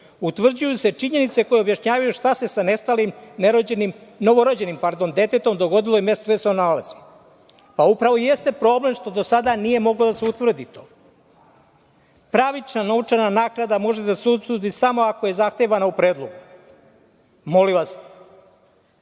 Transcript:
utvrđuju se činjenice koje objašnjavaju šta se sa nestalim novorođenim detetom dogodilo i mesto gde se ono nalazi. Upravo i jeste problem što do sada nije moglo da se utvrdi to. Pravična novčana naknada može da se utvrdi samo ako je zahtevano u predlogu. Molim vas,